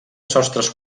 sostres